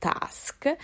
task